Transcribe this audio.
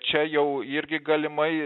čia jau irgi galimai